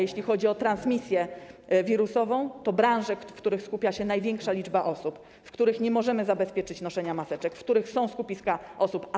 Jeśli chodzi o transmisję wirusową, to są branże, w których skupia się największa liczba osób, w których nie możemy zabezpieczyć noszenia maseczek, w których są skupiska osób.